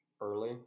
early